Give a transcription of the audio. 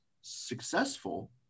successful